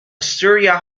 austria